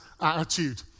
attitude